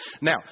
Now